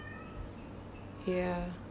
ya